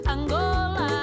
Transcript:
Angola